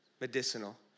medicinal